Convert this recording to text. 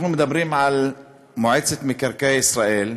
אנחנו מדברים על מועצת מקרקעי ישראל,